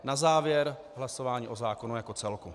Na závěr hlasování o zákonu jako celku.